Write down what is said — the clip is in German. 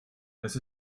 das